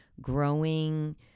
growing